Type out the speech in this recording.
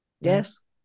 Yes